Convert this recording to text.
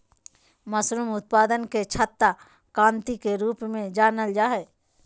mushroom उत्पादन के छाता क्रान्ति के रूप में जानल जाय हइ